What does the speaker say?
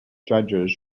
judges